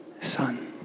Son